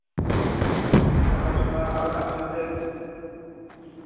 ᱯᱟᱲᱦᱟᱣ ᱥᱩᱱᱟ ᱟᱵᱤᱱᱟᱜ ᱥᱮᱪᱮᱫ